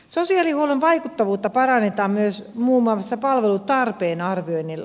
sosiaalihuollon vaikuttavuutta parannetaan myös muun muassa palvelutarpeen arvioinnilla